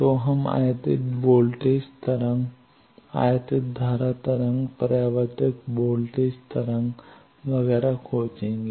तो हम आयातित वोल्टेज तरंग आयातित धारा तरंग परावर्तित वोल्टेज तरंग वगैरह खोजेंगे